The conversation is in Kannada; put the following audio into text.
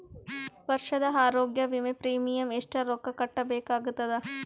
ವರ್ಷದ ಆರೋಗ್ಯ ವಿಮಾ ಪ್ರೀಮಿಯಂ ಎಷ್ಟ ರೊಕ್ಕ ಕಟ್ಟಬೇಕಾಗತದ?